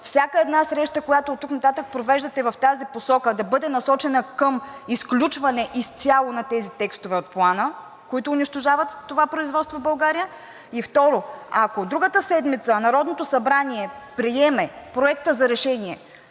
всяка една среща, която оттук нататък провеждате в тази посока, да бъде насочена към изключване изцяло на тези текстове от Плана, които унищожават това производство в България? И второ, ако другата седмица Народното събрание приеме Проекта за решение,